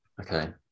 Okay